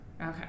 Okay